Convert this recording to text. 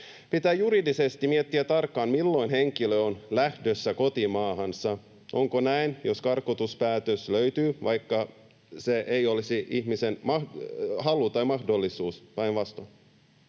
Pitää juridisesti miettiä tarkkaan, milloin henkilö on lähdössä kotimaahansa. Onko näin, jos karkotuspäätös löytyy, vaikka se ei olisi ihmisen halu tai mahdollisuus, päinvastoin?